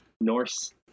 Norse